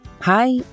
Hi